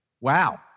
wow